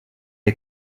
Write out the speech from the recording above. est